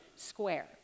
square